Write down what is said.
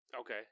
Okay